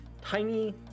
tiny